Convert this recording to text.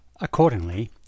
Accordingly